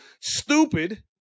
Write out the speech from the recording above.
stupid